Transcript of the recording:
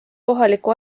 kohaliku